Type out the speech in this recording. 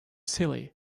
silly